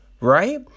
right